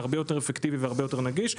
הרבה יותר אפקטיבי והרבה יותר נגיש,